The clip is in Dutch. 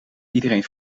iedereen